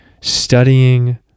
studying